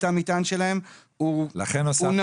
תא המטען שלהם הוא נמוך,